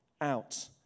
out